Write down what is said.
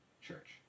church